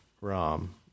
rom